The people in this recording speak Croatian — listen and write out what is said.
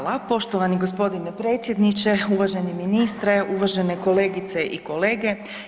Hvala poštovani g. predsjedniče, uvaženi ministre, uvažene kolegice i kolege.